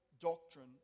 doctrine